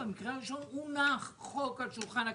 במקרה הראשון הונח חוק על שולחן הכנסת,